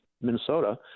Minnesota